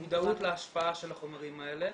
מודעות להשפעה של החומרים האלה,